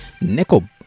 Nickel